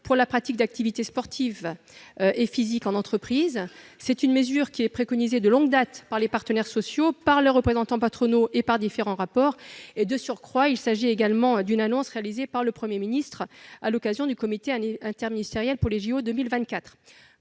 pour la pratique d'activités physiques et sportives en entreprise. Cette mesure est préconisée de longue date par les partenaires sociaux, par les représentants patronaux et par différents rapports. Il s'agit également d'une annonce faite par le Premier ministre à l'occasion d'un comité interministériel pour les jeux